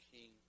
King